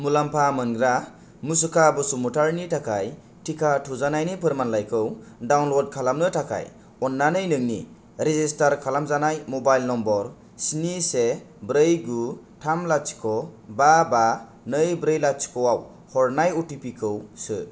मुलामफा मोनग्रा मुसुखा बसुमाथारिनि थाखाय टिका थुजानायनि फोरमानलाइखौ डाउनलड खालामनो थाखाय अन्नानै नोंनि रेजिसटार खालामजानाय मबाइल नम्बर स्नि से ब्रै गु थाम लाथिख बा बा नै ब्रै लाथिख आव हरनाय अटिपि खौ सो